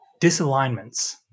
disalignments